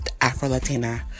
Afro-Latina